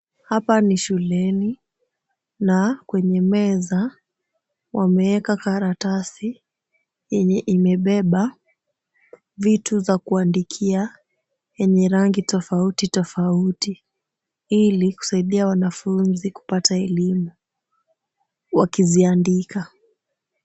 Hapa ni shuleni na kwenye meza wameeka karatasi yenye imebeba vitu za kuandikia yenye rangi tofautitofauti ili kusaidia wanafunzi kupata elimu wakiziandika.